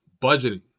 budgeting